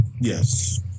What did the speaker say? Yes